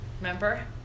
remember